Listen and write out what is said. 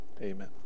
amen